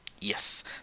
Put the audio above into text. Yes